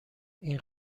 این